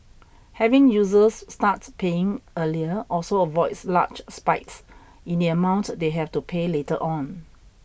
having users start paying earlier also avoids large spikes in the amount they have to pay later on